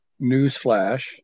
newsflash